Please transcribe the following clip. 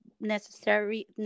necessary